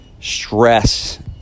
stress